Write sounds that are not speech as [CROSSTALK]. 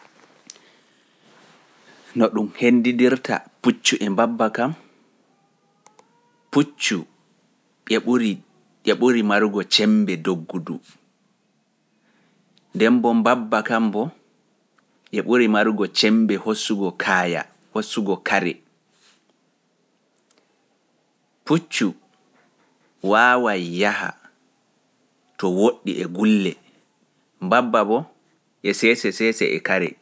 [HESITATION] No ɗum hendidirta puccu e mbabba kam, puccu e ɓuri marugo cembe doggudu, nden mbabba kam mbo gulle mbabba boo e sese sese e kare.